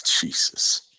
Jesus